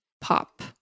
pop